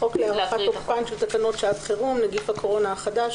חוק להארכת תוקפן של תקנות שעת חירום (נגיף הקורונה החדש,